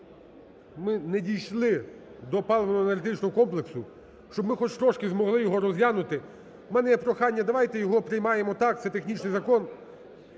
ми не дійшли до паливно-енергетичного комплексу. Щоб ми хоч трошки змогли його розглянути, в мене є прохання, давайте його приймаємо так, це технічний закон.